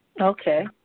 Okay